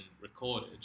recorded